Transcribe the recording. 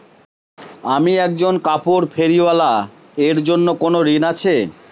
আমি একজন কাপড় ফেরীওয়ালা এর জন্য কোনো ঋণ আছে?